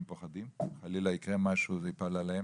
הם פוחדים שחלילה יקרה משהו וזה ייפול עליהם.